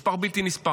מספר בלתי נתפס.